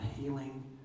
healing